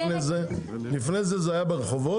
לפני כן, זה היה ברחובות?